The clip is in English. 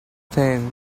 thing